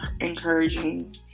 encouraging